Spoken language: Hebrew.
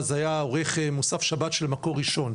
אז היה עורך מוסף שבת של מקור ראשון,